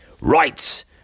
Right